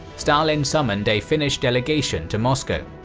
stalin summoned a finnish delegation to moscow.